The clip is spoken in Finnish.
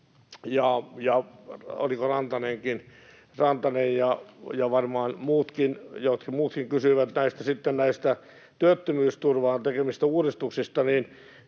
oliko Rantanenkin, ja varmaan muutkin kysyivät — näihin työttömyysturvaan tehtäviin uudistuksiin,